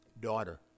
Daughter